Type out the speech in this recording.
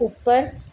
ਉੱਪਰ